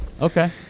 okay